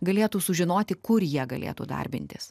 galėtų sužinoti kur jie galėtų darbintis